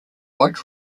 white